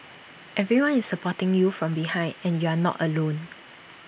everyone is supporting you from behind and you are not alone